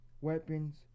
weapons